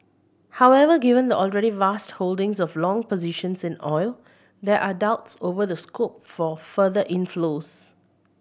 however given the already vast holdings of long positions in oil there are doubts over the scope for further inflows